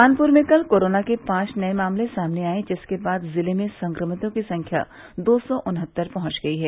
कानपुर में कल कोरोना के पांच नए मामले सामने आए जिसके बाद जिले में संक्रमितों की संख्या दो सौ उन्हत्तर पहुंच गई है